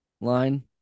line